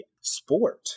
sport